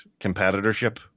competitorship